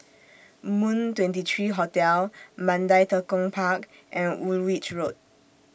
Moon twenty three Hotel Mandai Tekong Park and Woolwich Road